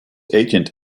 agent